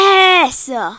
Yes